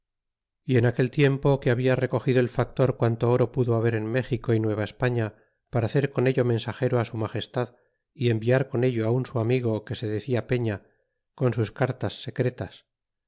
y en aquel tiempo que habla recogido el factor quanto oro pudo haber en méxico y nuevaespaña para hacer con ello rnensagero su magestad y enviar con ello un su amigo que se decia peña con sus cartas secretas